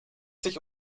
sich